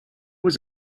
was